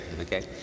Okay